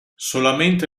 solamente